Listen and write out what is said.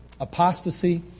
apostasy